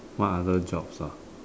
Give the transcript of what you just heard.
what other jobs ah